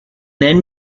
then